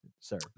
sir